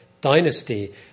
dynasty